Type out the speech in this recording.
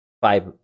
five